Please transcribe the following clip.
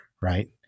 right